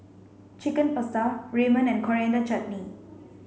Chicken Pasta Ramen and Coriander Chutney